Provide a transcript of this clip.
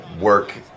work